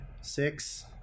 six